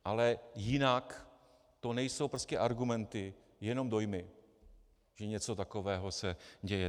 Ale jinak to nejsou prostě argumenty, ale jenom dojmy, že něco takového se děje.